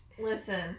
Listen